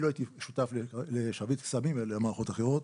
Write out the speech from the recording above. אני לא הייתי שותף לשרביט קסמים אלא למערכות אחרות,